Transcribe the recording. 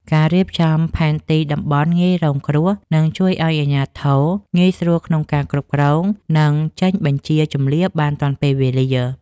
ការរៀបចំផែនទីតំបន់ងាយរងគ្រោះនឹងជួយឱ្យអាជ្ញាធរងាយស្រួលក្នុងការគ្រប់គ្រង និងចេញបញ្ជាជម្លៀសបានទាន់ពេលវេលា។